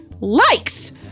likes